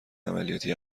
عملیاتی